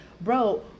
bro